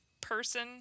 person